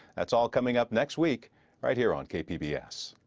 that's all coming up next week right here on kp b b s.